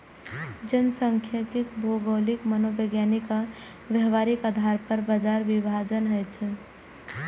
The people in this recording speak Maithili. जनखांख्यिकी भौगोलिक, मनोवैज्ञानिक आ व्यावहारिक आधार पर बाजार विभाजन होइ छै